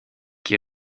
qui